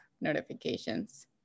notifications